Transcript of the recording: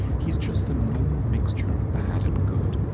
he is just the normal mixture of bad and good.